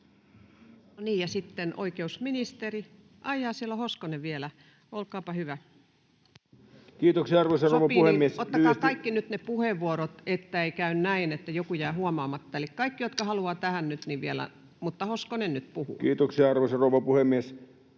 sitten oikeusministeri. — Ai jaa, siellä on Hoskonen vielä. Jos sopii, niin ottakaa kaikki nyt ne puheenvuorot, jotta ei käy näin, että joku jää huomaamatta. Eli kaikki, jotka haluavat tähän vielä, niin nyt. — Mutta nyt Hoskonen puhuu. Kiitoksia, arvoisa rouva puhemies!